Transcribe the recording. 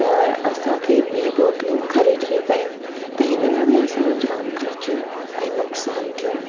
त असांखे ॿी बोतलूं ख़रीदणी पयूं त हिन में बि असांजो जाम ख़र्चु ऐं नुक़सानु थियो